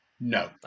No